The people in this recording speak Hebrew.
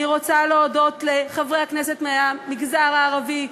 אני רוצה להודות לחברי הכנסת מהמגזר הערבי,